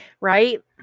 Right